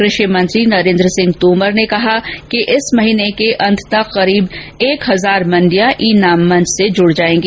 कृषि मंत्री नरेंद्र सिंह तोमर ने कहा है कि इस महीने के अंत तक लगभग एक हजार मंडियां ई नाम मंच र्से जुड़ जाएगी